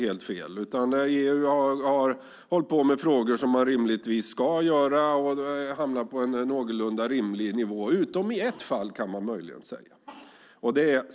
Man har menat att EU har hållit på med frågor som EU rimligen ska göra och lagt sig på en någorlunda rimlig nivå - utom möjligen i ett fall.